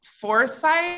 foresight